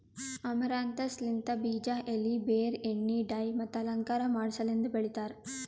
amaranthus ಲಿಂತ್ ಬೀಜ, ಎಲಿ, ಬೇರ್, ಎಣ್ಣಿ, ಡೈ ಮತ್ತ ಅಲಂಕಾರ ಮಾಡಸಲೆಂದ್ ಬೆಳಿತಾರ್